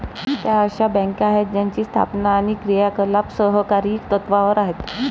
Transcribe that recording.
त्या अशा बँका आहेत ज्यांची स्थापना आणि क्रियाकलाप सहकारी तत्त्वावर आहेत